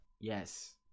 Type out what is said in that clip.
yes